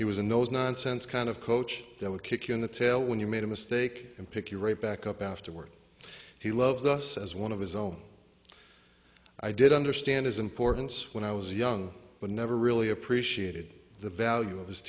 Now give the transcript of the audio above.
he was in those nonsense kind of coach that would kick you in the tail when you made a mistake and pick you right back up afterward he loves us as one of his own i did understand his importance when i was young but never really appreciated the value of his